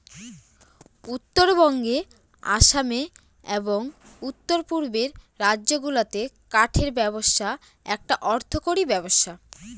উত্তরবঙ্গে আসামে এবং উত্তর পূর্বের রাজ্যগুলাতে কাঠের ব্যবসা একটা অর্থকরী ব্যবসা